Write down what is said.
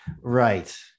Right